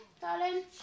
darling